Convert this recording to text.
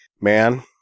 Man